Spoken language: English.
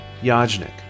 Yajnik